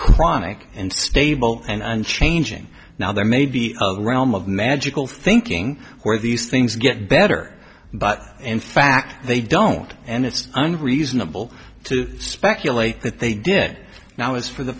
chronic and stable and unchanging now there may be a round of magical thinking where these things get better but in fact they don't and it's unreasonable to speculate that they did now is for the